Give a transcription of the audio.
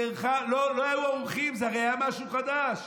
לא היו ערוכים, זה הרי היה משהו חדש.